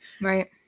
Right